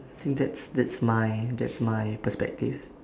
think that's that's my that's my perspective